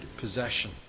possession